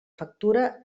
factura